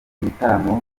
ibitaramo